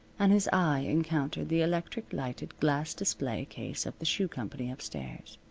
and his eye encountered the electric-lighted glass display case of the shoe company upstairs.